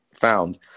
found